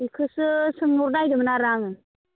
बेखोसो सोंहरनायदोंमोन आरो आं